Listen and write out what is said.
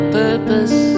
purpose